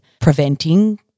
preventing